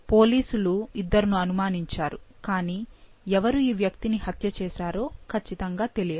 పోలీసులు ఇద్దరిని అనుమానించారు కానీ ఎవరు ఈ వ్యక్తి ని హత్య చేసారో ఖచ్చితంగా తెలియదు